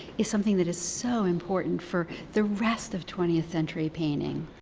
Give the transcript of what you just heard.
is something that is so important for the rest of twentieth century painting.